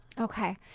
Okay